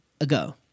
ago